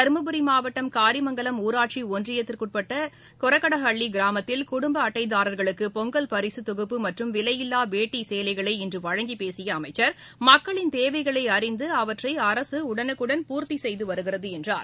தருமபுரி மாவட்டம் காரிமலங்கலம் ஊராட்சி ஒன்றியத்துக்கு உட்பட்ட கெரகோட அள்ளி கிராமத்தில் குடும்ப அட்டைதாரர்களுக்கு பொங்கல் பரிசு தொகுப்பு மற்றும் விவையில்லா வேட்டி சேலைகளை இன்று வழங்கி பேசிய அமைச்சர் மக்களின் தேவைகளை அறிந்து அவற்றை அரசு உடலுக்குடன் பூர்த்தி செய்து வருகிறது என்றார்